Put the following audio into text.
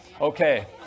Okay